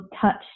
touched